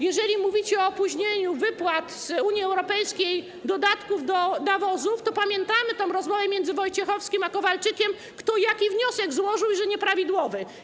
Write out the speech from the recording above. Jeżeli mówicie o opóźnieniu wypłat z Unii Europejskiej dotyczących dodatków do nawozów, to pamiętajcie rozmowę między Wojciechowskim a Kowalczykiem, kto jaki wniosek złożył i że nieprawidłowy.